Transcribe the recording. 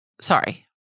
Sorry